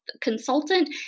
consultant